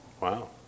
Wow